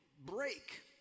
break